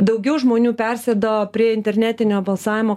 daugiau žmonių persėdo prie internetinio balsavimo